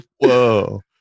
whoa